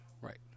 Right